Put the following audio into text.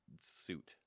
suit